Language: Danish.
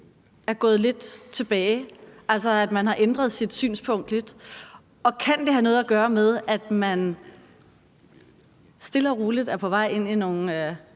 er gået lidt tilbage, altså at man har ændret sit synspunkt lidt? Og kan det have noget at gøre med, at man stille og roligt er på vej ind i nogle